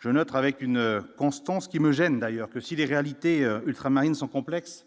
je notre avec une constance qui me gêne d'ailleurs que si des réalités sans complexe,